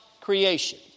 creation